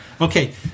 okay